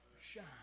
shine